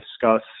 discuss